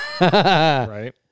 Right